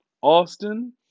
Austin